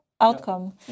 outcome